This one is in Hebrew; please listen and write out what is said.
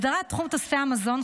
הסדרת תחום תוספי המזון,